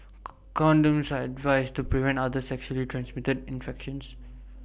condoms are advised to prevent other sexually transmitted infections